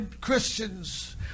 Christians